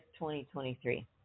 2023